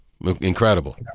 Incredible